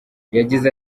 yagize